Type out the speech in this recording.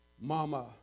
Mama